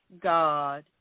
God